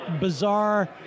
bizarre